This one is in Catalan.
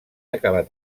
acabat